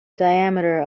diameter